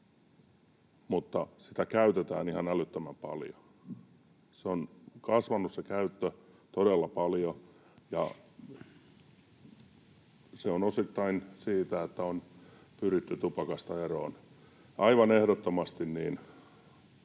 mutta sitä käytetään ihan älyttömän paljon. Se käyttö on kasvanut todella paljon, ja se on osittain siitä, että on pyritty tupakasta eroon. Aivan ehdottomasti